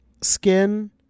skin